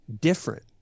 different